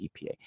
EPA